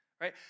right